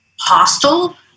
hostile